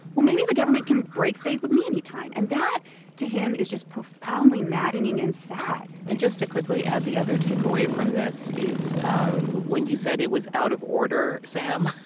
well, maybe the government can break faith with me any time? and that to him is just profoundly maddening and sad and just to quickly add the other takeaway from this is ah when you said it was out of order, sam,